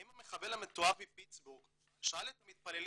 האם המחבל המתועב מפיטסבורג שאל את המתפללים